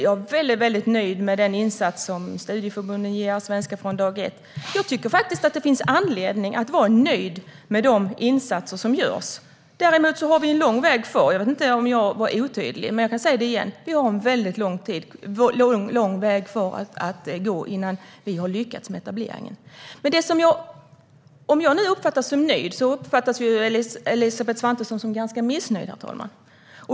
Jag är väldigt nöjd med den insats som studieförbunden gör i form av svenska från dag ett. Jag tycker att det finns anledning att vara nöjd med de insatser som görs. Däremot har vi en lång väg kvar. Jag vet inte om jag var otydlig, men jag kan säga det igen: Vi har en väldigt lång väg kvar att gå innan vi har lyckats med etableringen. Men om jag nu uppfattas som nöjd uppfattas Elisabeth Svantesson som ganska missnöjd, herr talman.